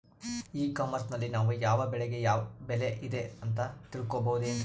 E commerce ನಲ್ಲಿ ನಾವು ಯಾವ ಬೆಳೆಗೆ ಬೆಲೆ ಇದೆ ಅಂತ ತಿಳ್ಕೋ ಬಹುದೇನ್ರಿ?